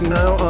now